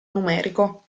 numerico